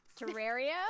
Terraria